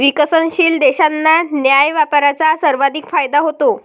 विकसनशील देशांना न्याय्य व्यापाराचा सर्वाधिक फायदा होतो